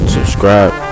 subscribe